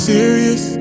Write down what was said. serious